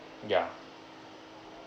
ya